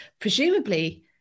presumably